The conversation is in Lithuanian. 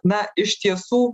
na iš tiesų